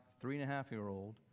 three-and-a-half-year-old